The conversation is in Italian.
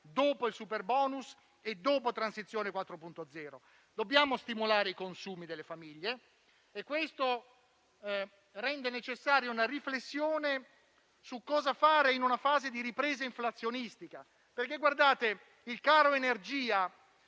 dopo il superbonus e dopo transizione 4.0. Dobbiamo stimolare i consumi delle famiglie e questo rende necessaria una riflessione su cosa fare in una fase di ripresa inflazionistica. Il caro energia